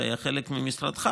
שהיה חלק ממשרדך,